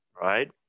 right